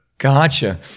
Gotcha